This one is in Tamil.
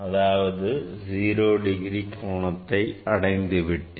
அதாவது 0 டிகிரி கோணத்தை அடைந்து விட்டேன்